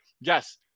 Yes